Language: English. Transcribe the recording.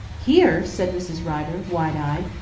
here? said mrs. rider, wide-eyed.